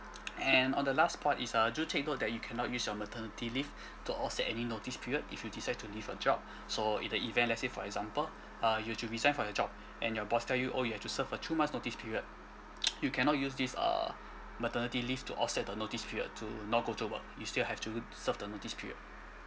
and on the last part is uh do take note that you cannot use your maternity leave to offset any notice period if you decide to leave your job so in the event let's say for example uh you have to resign from your job and your boss tell you oh you have to serve a two months notice period you cannot use this err maternity leave to offset the notice period to not go to work you still have to serve the notice period